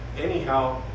anyhow